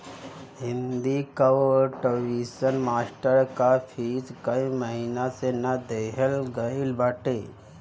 हिंदी कअ tuition master कअ fees कई महिना से ना देहल गईल बाटे